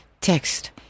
text